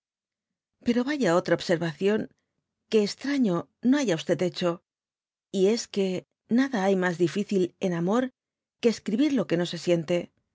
pero vaya otra observación que esttaño no haya hecho y es que nada hay mas difícil en amor que escribir lo que no se siente